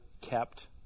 kept